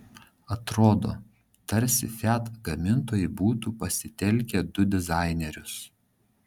atrodo tarsi fiat gamintojai būtų pasitelkę du dizainerius